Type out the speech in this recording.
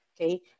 Okay